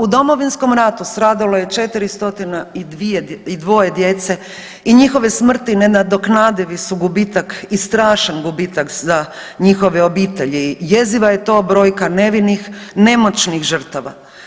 U Domovinskom ratu stradalo je 402 djece i njihove smrti nenadoknadivi su gubitak i strašan gubitak za njihove obitelji, jeziva je to brojka nevinih, nemoćnih žrtava.